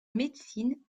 médecine